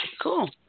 Cool